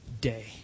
day